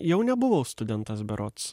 jau nebuvau studentas berods